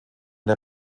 der